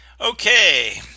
Okay